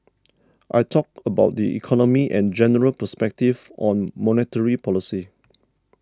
I talked about the economy and general perspectives on monetary policy